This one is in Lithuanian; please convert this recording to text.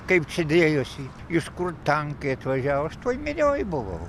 kaip čia dėjosi iš kur tankai atvažiavo aš toj minioj buvau